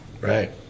right